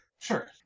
Sure